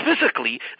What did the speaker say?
physically